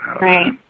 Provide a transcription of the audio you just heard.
Right